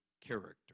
character